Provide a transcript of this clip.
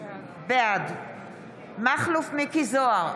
בעד מכלוף מיקי זוהר,